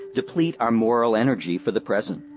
deplete our moral energy for the present.